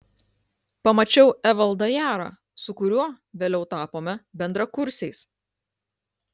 pamačiau evaldą jarą su kuriuo vėliau tapome bendrakursiais